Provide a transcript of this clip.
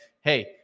hey